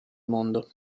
mondo